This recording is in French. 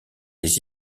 les